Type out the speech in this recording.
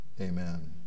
Amen